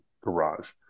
garage